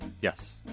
Yes